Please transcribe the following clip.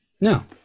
No